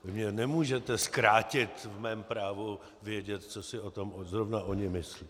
Mě nemůžete zkrátit v mém právu vědět, co si o tom zrovna oni myslí.